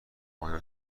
آیا